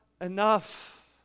enough